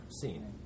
seen